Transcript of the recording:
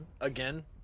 Again